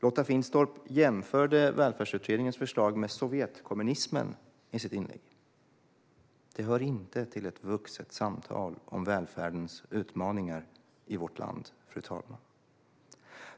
Lotta Finstorp jämförde Välfärdsutredningens förslag med Sovjetkommunismen i sitt inlägg. Det hör inte till ett vuxet samtal om välfärdens utmaningar i vårt land, fru talman.